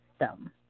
system